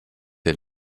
der